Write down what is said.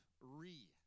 re